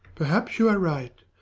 perhaps you are right.